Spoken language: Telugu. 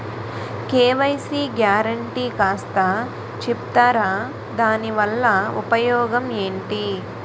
కే.వై.సీ గ్యారంటీ కాస్త చెప్తారాదాని వల్ల ఉపయోగం ఎంటి?